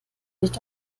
nicht